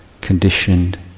conditioned